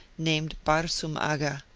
named barsoum agha.